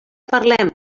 parlem